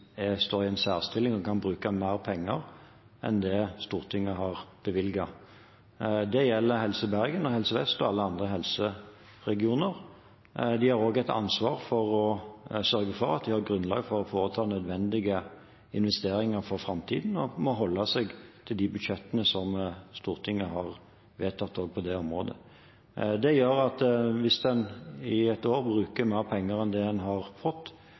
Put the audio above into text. står i en særstilling og kan bruke mer penger enn det Stortinget har bevilget. Det gjelder Helse Bergen og Helse Vest og alle andre helseregioner. De har et ansvar for å sørge for at de har grunnlag for å foreta nødvendige investeringer for framtiden, og at en må holde seg til de budsjettene som Stortinget har vedtatt, også på det området. Det gjør at hvis en et år bruker mer penger enn det en har fått,